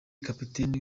kapiteni